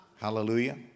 Hallelujah